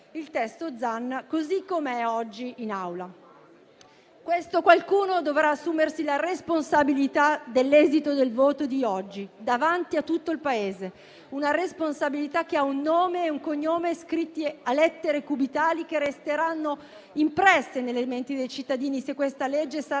il testo Zan così com'è oggi in Aula. Qualcuno dovrà assumersi la responsabilità dell'esito del voto di oggi davanti a tutto il Paese, una responsabilità che ha un nome e un cognome scritti a lettere cubitali, che resteranno impresse nelle menti dei cittadini, se questo disegno